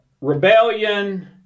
rebellion